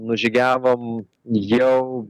nužygiavom jau